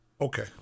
okay